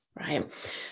right